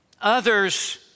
others